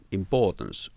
importance